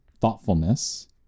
thoughtfulness